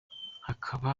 hakaba